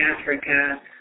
Africa